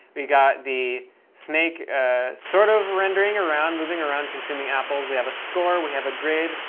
we got the snake sort of rendering around, moving around, consuming apples. we have a score. we have a grid.